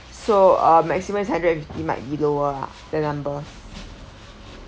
so uh maximize hundred and fifty might be lower ah the number